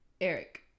Eric